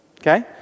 okay